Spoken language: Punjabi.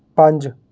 ਪੰਜ